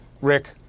Rick